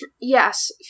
Yes